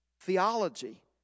theology